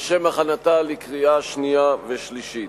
לשם הכנתה לקריאה שנייה ולקריאה שלישית.